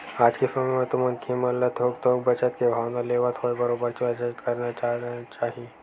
आज के समे म तो मनखे मन ल थोक थोक बचत के भावना लेवत होवय बरोबर बचत करत जाना चाही